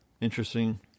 interesting